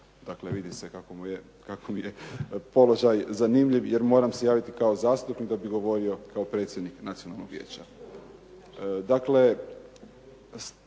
dakle vidi se kako mi je položaj zanimljiv jer moram se javiti kao zastupnik da bih govorio kao predsjednik Nacionalnog vijeća.